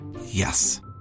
Yes